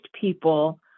people